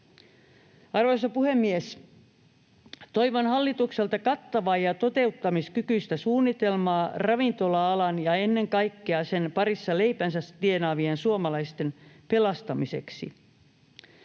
Arvoisa puhemies! Toivon hallitukselta kattavaa ja toteuttamiskykyistä suunnitelmaa ravintola-alan ja ennen kaikkea sen parissa leipänsä tienaavien suomalaisten pelastamiseksi.